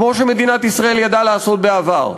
כמו שמדינת ישראל ידעה לעשות בעבר.